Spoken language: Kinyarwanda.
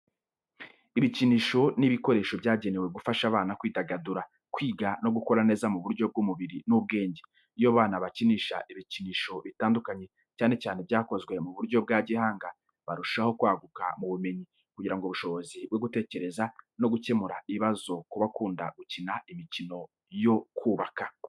Ibikinisho ni ibikoresho byagenewe gufasha abana kwidagadura, kwiga, no gukura neza mu buryo bw'umubiri n'ubwenge. Iyo abana bakinisha ibikinisho bitandukanye, cyane cyane ibyakozwe mu buryo bwa gihanga, barushaho kwaguka mu bumenyi, kugira ubushobozi bwo gutekereza, no gukemura ibibazo ku bakunda gukina imikino yo kubaka.